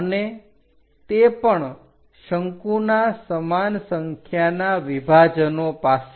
અને તે પણ શંકુના સમાન સંખ્યાના વિભાજનો પાસે